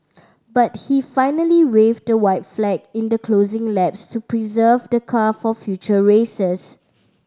but he finally waved the white flag in the closing laps to preserve the car for future races